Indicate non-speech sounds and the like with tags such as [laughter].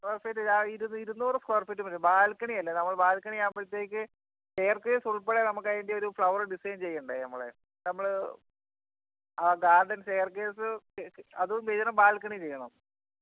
square feet ഇരുന്നൂറ് square feet വരും ബാൽക്കണിയല്ലേ നമ്മൾ ബാൽക്കണിയാകുമ്പഴത്തേക്ക് സ്റ്റെയർകേസ് ഉൾപ്പെടെ നമുക്ക് അതിൻ്റെ ഒരു ഫ്ലവർ ഡിസൈൻ ചെയ്യേണ്ടേ നമ്മൾ നമ്മൾ ആ ഗാർഡൻ സ്റ്റെയർകേസ് അതും [unintelligible] ബാൽക്കണി ചെയ്യണം